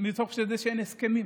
מתוך זה שאין הסכמים,